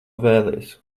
vēlies